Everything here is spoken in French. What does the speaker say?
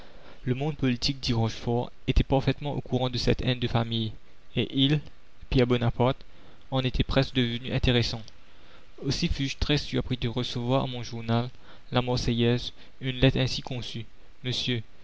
le monde politique dit rochefort était parfaitement au courant de cette haine de famille et il pierre bonaparte en était presque devenu intéressant aussi fus-je très surpris de recevoir à mon journal la marseillaise une lettre ainsi conçue monsieur